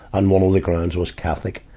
and one of the grounds was catholic.